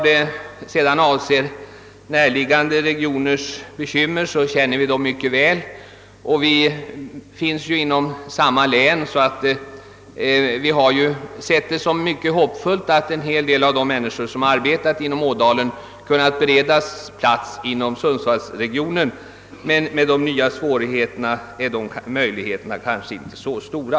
De närliggande regionernas bekymmer känner vi mycket väl till. Dessa regioner ligger ju inom samma län, och vi har sett det som mycket hoppfullt att en hel del av de människor som arbetat inom Ådalen skulle kunna beredas plats inom sundsvallsregionen. Men med de nya svårigheter som uppstått är de möjligheterna nu kanske inte så stora.